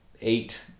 eight